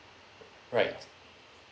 right